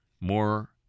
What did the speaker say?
more